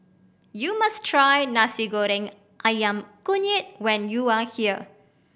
you must try Nasi Goreng Ayam Kunyit when you are here